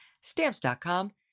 Stamps.com